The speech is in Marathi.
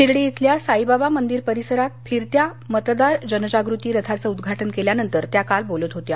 शिर्डी इथल्या साईबाबा मंदिर परिसरात फिरत्या मतदार जनजागृती रथाचं उदघाटन केल्यानंतर त्या बोलत होत्या